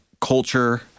culture